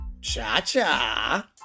Cha-cha